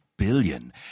billion